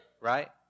right